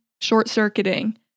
short-circuiting